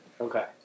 Okay